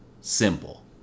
simple